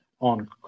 on